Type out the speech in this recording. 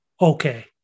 Okay